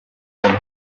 led